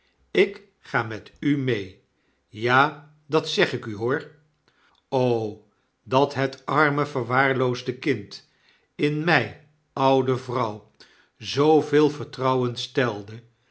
ik ga met u mee ja dat zeg ik u hoor dat het arme verwaarloosde kind in my oude vrouw zooveel vertrouwen stelde